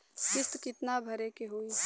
किस्त कितना भरे के होइ?